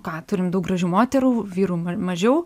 ką turim daug gražių moterų vyrų mažiau